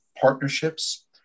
partnerships